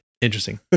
interesting